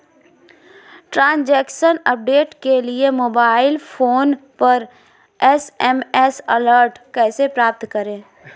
Transaction update के लिए mobile phone पर एस.एम.एस अलर्ट कैसे प्राप्त करें?